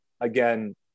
again